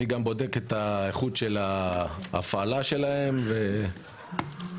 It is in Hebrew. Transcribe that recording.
אני גם בודק את איכות ההפעלה שלהן ומוודא